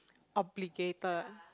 obligated